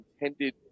intended